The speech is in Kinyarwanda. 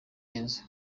heza